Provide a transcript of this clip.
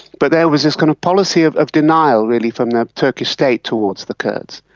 but there was this kind of policy of of denial really from the turkish state towards the kurds.